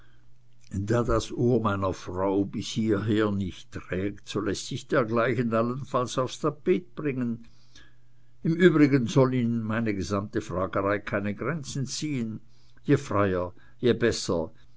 da das ohr meiner frau bis hierher nicht trägt so läßt sich dergleichen allenfalls aufs tapet bringen im übrigen soll ihnen meine gesamte fragerei keine grenzen ziehen je freier je besser